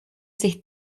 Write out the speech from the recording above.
sich